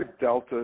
Delta